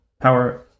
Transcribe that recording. power